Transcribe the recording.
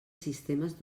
sistemes